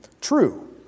true